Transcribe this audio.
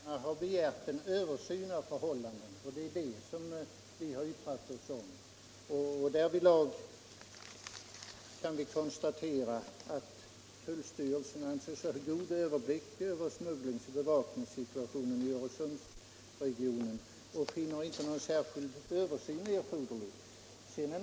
Herr talman! Motionärerna har begärt en översyn av förhållandena, och det är detta vi har yttrat oss om. Utskottet konstaterar att tullstyrelsen anser sig ha god överblick över smugglings och bevakningssituationen i Öresundsregionen och att den inte finner någon särskild översyn erforderlig.